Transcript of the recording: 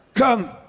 Come